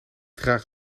draag